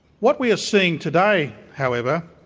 what we are seeing today, however,